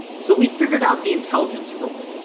so, we figured out the intelligence rule.